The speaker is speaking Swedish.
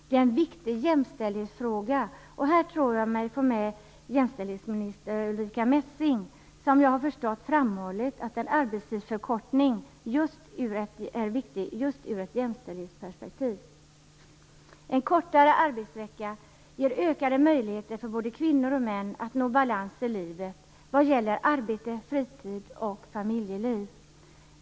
Det är en viktig jämställdhetsfråga, och på den här punkten tror jag att jag får med mig jämställdhetsminister Ulrica Messing, som efter vad jag förstått har framhållit att en arbetstidsförkortning är viktig just ur ett jämställdhetsperspektiv. En kortare arbetsvecka ger ökade möjligheter för både kvinnor och män att nå balans i livet mellan arbete, fritid och familjeliv.